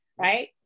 right